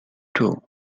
two